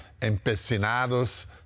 empecinados